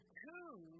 two